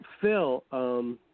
Phil